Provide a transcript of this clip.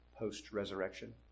post-resurrection